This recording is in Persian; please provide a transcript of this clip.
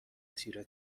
تیره